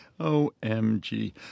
Omg